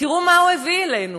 תראו מה הוא הביא עלינו.